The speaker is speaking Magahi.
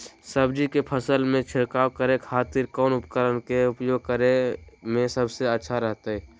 सब्जी के फसल में छिड़काव करे के खातिर कौन उपकरण के उपयोग करें में सबसे अच्छा रहतय?